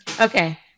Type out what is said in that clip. Okay